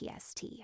PST